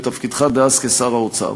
בתפקידך דאז כשר האוצר.